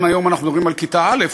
אם היום אנחנו מדברים על כיתה א',